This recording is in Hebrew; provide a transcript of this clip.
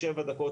שבע דקות,